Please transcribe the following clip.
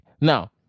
Now